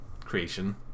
creation